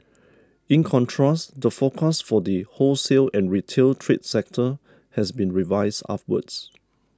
in contrast the forecast for the wholesale and retail trade sector has been revised upwards